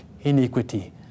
iniquity